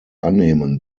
annehmen